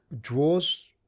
draws